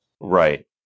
Right